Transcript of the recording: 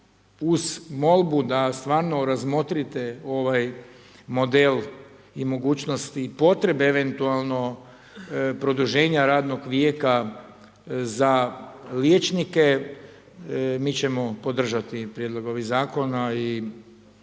uz molbu da stvarno razmotrite ovaj model i mogućnosti i potrebe eventualno produženja radnog vijeka za liječnike, mi ćemo podržati prijedlog ovih zakona i